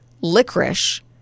licorice